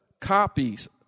copies